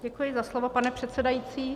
Děkuji za slovo, pane předsedající.